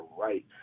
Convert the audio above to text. right